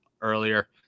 earlier